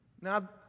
Now